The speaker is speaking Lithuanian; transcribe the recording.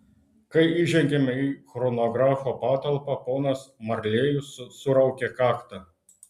kai įžengėme į chronografo patalpą ponas marlėjus suraukė kaktą